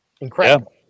Incredible